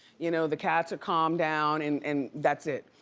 you know the cats are calmed down and and that's it.